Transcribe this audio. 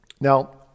Now